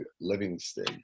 Livingston